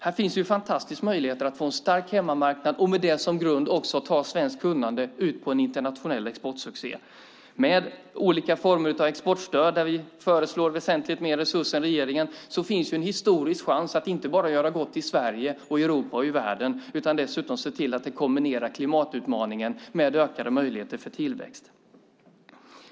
Här finns fantastiska möjligheter att få en stark hemmamarknad och med det som grund också ta svenskt kunnande ut på en internationell exportsuccé. Med olika former av exportstöd, där vi föreslår väsentligt mer resurser än regeringen, finns en historisk chans att inte bara göra gott i Sverige, Europa och världen utan dessutom kombinera klimatutmaningen med ökade möjligheter för tillväxt.